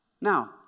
Now